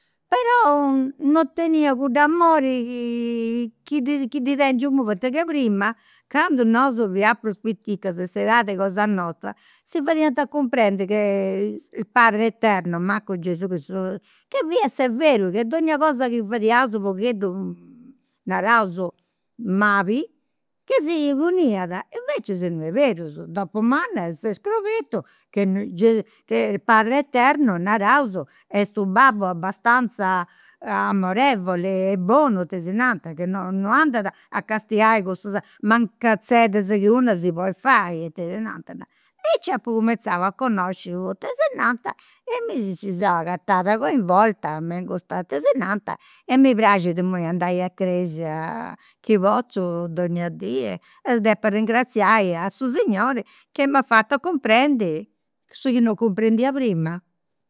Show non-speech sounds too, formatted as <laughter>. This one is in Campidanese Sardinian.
Però non tenia cudd'amori chi ddi chi ddi tengiu imui, poita ca prima candu fiaus prus piticas, a s'edadi cosa nostra, si fadiant cumprendi ca il padre eterno, mancu Gesù Cristu, chi fiat severu chi donnia cosa chi fadiaus u' pogheddu <hesitation> naraus mali, ca si puniat. Invecias non est berus, dopu manna s'est scobertu che ges <hesitation> che padre eterno, naraus, est u' babbu abastanza amorevoli e bonu, <unintelligible> che non non andat a castiai cussas mancanzeddas chi una si podit fai, e tesinantas. Aici apu cumenzau a connosci u' tesinanta e <unintelligible> seu agatada coinvolta me in custa tesinanta e mi praxit imui andai a cresia, chi potzu donnia dì e depu arrengraziai a su Segnori chi m'at fatu cumprendi su chi non cumprendia prima